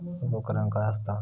उपकरण काय असता?